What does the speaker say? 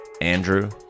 Andrew